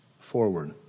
forward